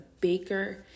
Baker